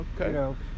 okay